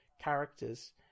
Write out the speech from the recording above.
characters